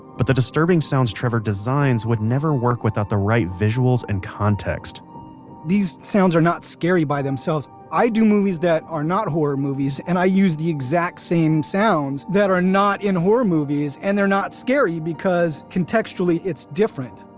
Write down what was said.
but the disturbing sounds trevor designs would never work without the right visuals and context these sounds are not scary by themselves. i do movies that are not horror movies, and i use the exact same sounds that are not in horror movies, and they're not scary, because contextually it's different.